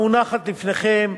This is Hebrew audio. המונחת לפניכם,